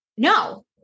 No